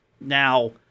Now